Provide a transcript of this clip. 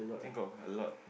think got a lot